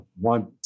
one